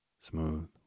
smooth